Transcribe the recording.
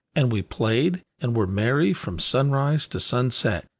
and we played and were merry from sunrise to sunset.